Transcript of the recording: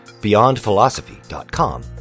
beyondphilosophy.com